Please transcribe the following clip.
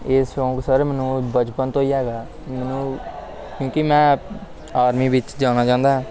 ਇਹ ਸ਼ੌਂਕ ਸਰ ਮੈਨੂੰ ਬਚਪਨ ਤੋਂ ਹੀ ਹੈਗਾ ਮੈਨੂੰ ਕਿਉਂਕਿ ਮੈਂ ਆਰਮੀ ਵਿੱਚ ਜਾਣਾ ਚਾਹੁੰਦਾ